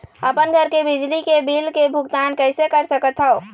अपन घर के बिजली के बिल के भुगतान कैसे कर सकत हव?